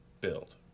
build